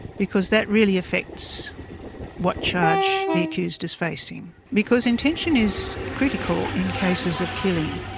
because that really affects what charge the accused is facing, because intention is critical in cases of killing.